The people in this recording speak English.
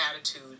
attitude